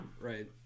Right